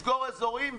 תסגור אזורים,